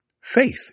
faith